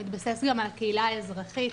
הוא מתבסס גם על הקהילה האזרחית.